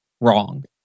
wrong